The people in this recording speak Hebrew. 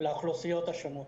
לאוכלוסיות השונות